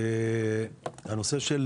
הנושא של